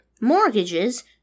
mortgages